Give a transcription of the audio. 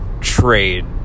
trade